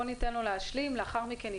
בוא ניתן לו להשלים ולאחר מכן,